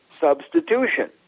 substitution